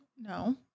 No